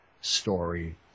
story